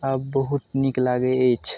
आब बहुत नीक लागै अछि